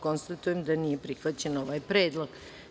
Konstatujem da nije prihvaćen ovaj predlog.